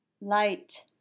light